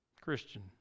christian